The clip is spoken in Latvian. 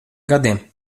gadiem